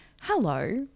hello